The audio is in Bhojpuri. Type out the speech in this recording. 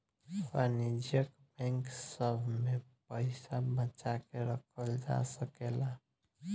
वाणिज्यिक बैंक सभ में पइसा बचा के रखल जा सकेला